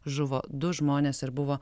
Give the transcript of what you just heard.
žuvo du žmonės ir buvo